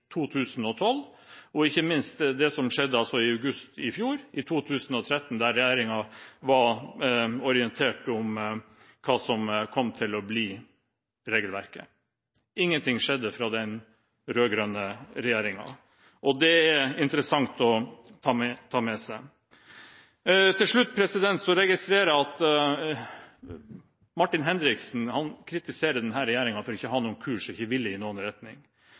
fjor, i 2013, da regjeringen var orientert om hva som kom til å bli regelverket. Ingenting skjedde fra den rød-grønne regjeringens side, og det er interessant å ta med seg. Til slutt registrerer jeg at Martin Henriksen kritiserer denne regjeringen for ikke å ha noen kurs og ikke ville i noen retning.